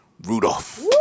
Rudolph